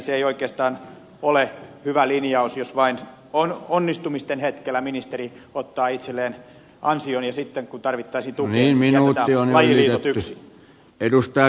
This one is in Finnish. se ei oikeastaan ole hyvä linjaus jos vain onnistumisten hetkellä ministeri ottaa itselleen ansion ja sitten kun tarvittaisiin tukea sitten jätetään lajiliitot yksin